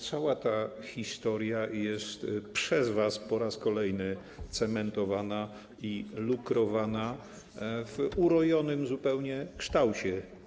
Cała ta historia jest przez was, po raz kolejny, cementowana i lukrowana w urojonym zupełnie kształcie.